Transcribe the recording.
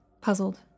puzzled